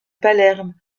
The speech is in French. palerme